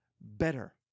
better